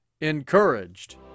encouraged